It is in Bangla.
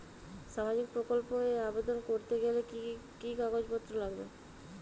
সামাজিক প্রকল্প এ আবেদন করতে গেলে কি কাগজ পত্র লাগবে?